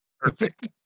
Perfect